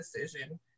decision